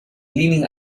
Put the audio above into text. leaning